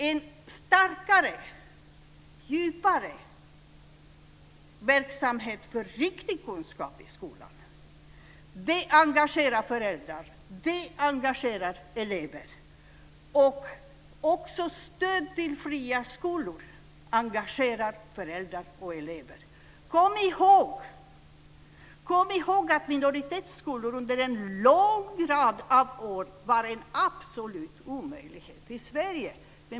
En starkare, djupare verksamhet för riktig kunskap i skolan engagerar föräldrar och elever. Stöd till fria skolor engagerar föräldrar och elever. Kom ihåg att minoritetsskolor under en lång rad av år var en absolut omöjlighet i Sverige.